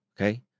okay